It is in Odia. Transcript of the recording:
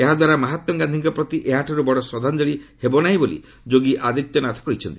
ଏହାଦ୍ୱାରା ମହାତ୍କା ଗାନ୍ଧିଙ୍କ ପ୍ରତି ଏହାଠାରୁ ବଡ଼ ଶ୍ରଦ୍ଧାଞ୍ଜଳୀ ହେବ ନାହିଁ ବୋଲି ଯୋଗୀ ଆଦିତ୍ୟନାଥ କହିଛନ୍ତି